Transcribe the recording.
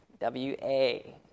W-A